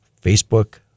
Facebook